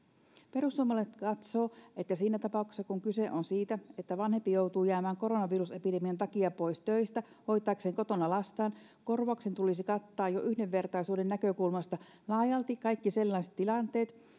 perussuomalaiset katsoo että siinä tapauksessa kun kyse on siitä että vanhempi joutuu jäämään koronavirusepidemian takia pois töistä hoitaakseen kotona lastaan korvauksen tulisi kattaa jo yhdenvertaisuuden näkökulmasta laajalti kaikki sellaiset tilanteet